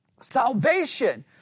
salvation